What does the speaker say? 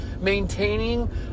maintaining